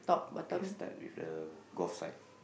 okay start with the golf side